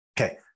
Okay